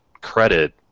credit